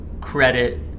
credit